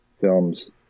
Films